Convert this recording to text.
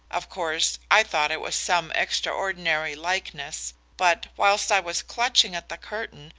of course, i thought it was some extraordinary likeness, but, whilst i was clutching at the curtain,